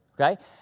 Okay